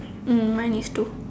mm mine is two